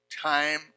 time